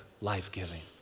life-giving